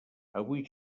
avui